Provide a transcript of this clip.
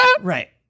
Right